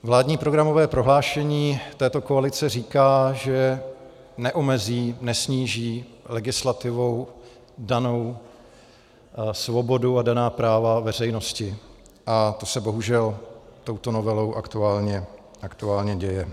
Vládní programové prohlášení této koalice říká, že neomezí, nesníží legislativou danou svobodu a daná práva veřejnosti, a to se bohužel touto novelou aktuálně děje.